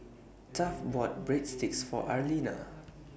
Taft bought Breadsticks For Arlena